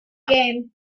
game